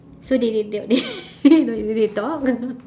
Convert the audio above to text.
so they they they did they talk